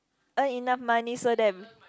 earn enough money so that